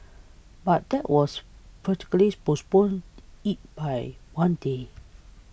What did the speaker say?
but that was fortuitously postponed it by one day